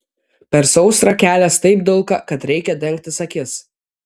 per sausrą kelias taip dulka kad reikia dengtis akis